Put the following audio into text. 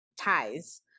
ties